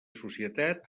societat